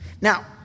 Now